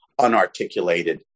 unarticulated